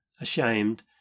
ashamed